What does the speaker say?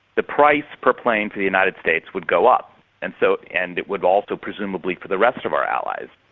the price per plane for the united states would go up and so and it would also presumably for the rest of our allies.